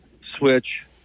switch